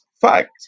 fact